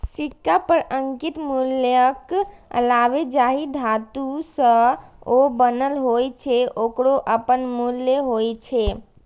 सिक्का पर अंकित मूल्यक अलावे जाहि धातु सं ओ बनल होइ छै, ओकरो अपन मूल्य होइ छै